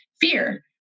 fear